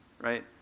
right